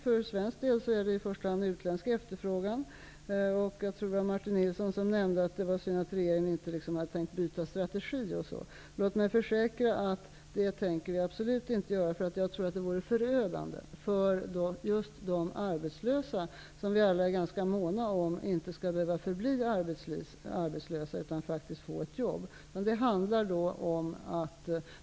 För svensk del gällde det i första hand utländsk efterfrågan. Martin Nilsson nämnde någonting om att det är synd att inte regeringen tänker byta strategi. Låt mig försäkra att det tänker vi absolut inte göra. Det vore förödande för just de arbetslösa, som vi alla är måna om. De skall inte behöva förbli arbetslösa, utan de skall i stället kunna få jobb.